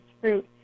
fruit